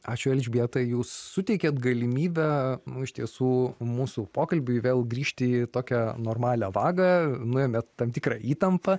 ačiū elžbieta jūs suteikėt galimybę iš tiesų mūsų pokalbiui vėl grįžti į tokią normalią vagą nuėmėt tam tikrą įtampą